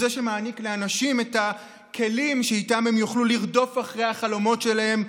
הוא זה שמעניק לאנשים את הכלים שאיתם הם יוכלו לרדוף אחרי החלומות שלהם,